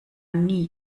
nie